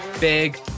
big